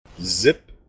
Zip